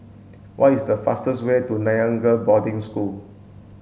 what is the fastest way to Nanyang Girls' Boarding School